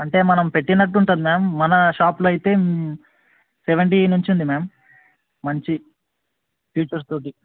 అంటే మనం పెట్టినట్టుంటుంది మ్యామ్ మన షాప్లో అయితే సెవంటీ నుంచి ఉంది మ్యామ్ మంచి ఫీచర్స్తోటి